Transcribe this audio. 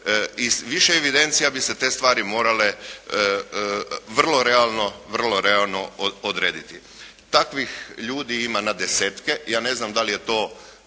više evidencija bi se te stvari morale vrlo realno, vrlo realno odrediti. Takvih ljudi ima na desetke. Ja ne znam da li je to,